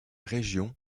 région